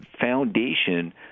foundation